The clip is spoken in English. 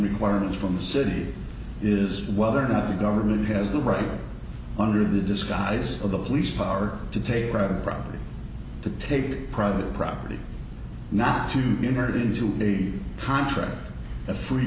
requirements from the city is whether or not the government has the right under the disguise of the police power to take private property to take private property not to married into the contract a free